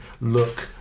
look